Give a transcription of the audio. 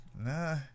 nah